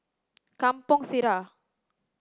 Kampong Sireh